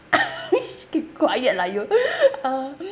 keep quiet lah you uh